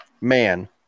man